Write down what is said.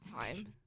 time